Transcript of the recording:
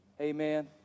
Amen